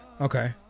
Okay